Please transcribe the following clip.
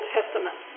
Testament